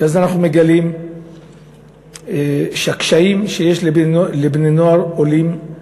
ואז אנחנו מגלים שהקשיים שיש לבני-נוער עולים,